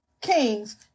Kings